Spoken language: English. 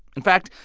in fact,